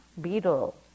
beetle